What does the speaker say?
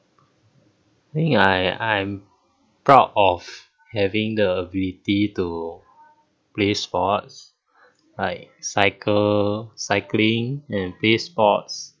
Ya I am proud of having the ability to play sports I cycle cycling and play sports